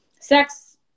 sex